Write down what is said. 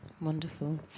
Wonderful